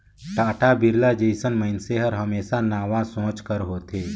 टाटा, बिरला जइसन मइनसे हर हमेसा नावा सोंच कर होथे